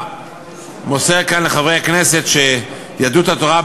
מוסר כאן לחברי הכנסת שיהדות התורה,